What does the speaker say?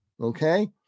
Okay